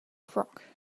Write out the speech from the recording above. frock